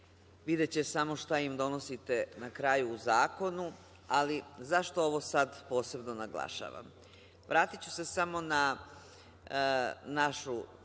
videće samo šta im donosite na kraju u zakonu. Ali, zašto ovo sada posebno naglašavam? Vratiću se samo na našu